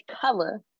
color